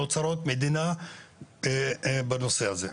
ואוצרות מדינה בנושא הזה.